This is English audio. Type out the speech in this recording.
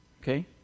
Okay